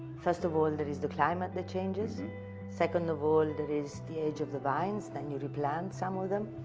first of all there is the climate that changes second of all there is the age of the vines then you replant some of them